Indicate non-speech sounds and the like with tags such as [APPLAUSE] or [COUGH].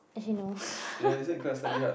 actually no [LAUGHS]